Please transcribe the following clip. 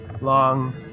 long